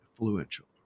influential